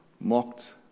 mocked